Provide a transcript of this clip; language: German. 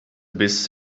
biss